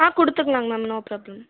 கொடுத்துக்கலாம் ma'am no problem